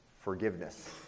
Forgiveness